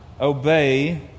obey